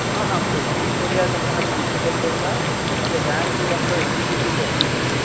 ହଁ ସ୍କୁଲ୍ ପଡ଼ିଆ କଥା ଆମେ ମିଶିକରି କରିପାବା ନହେଲେ ଗାଁରେ ଯେଉଁ ଆମର ଏସ୍ ଏଚ୍ ଜି ଗ୍ରୁପ୍ ଅଛନ୍ତି